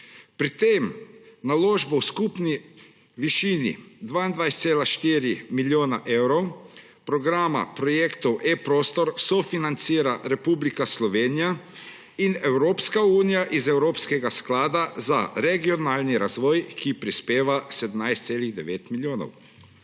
Pri tem naložbo v skupni višini 22,4 milijona evrov programa projektov eProstor sofinancira Republika Slovenija in Evropska unija iz Evropskega sklada za regionalni razvoj, ki prispeva 17,9 milijonov.